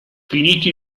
finiti